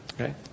Okay